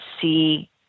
see